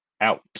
out